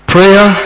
Prayer